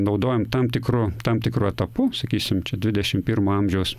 naudojam tam tikru tam tikru etapu sakysim čia dvidešim pirmo amžiaus